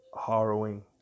harrowing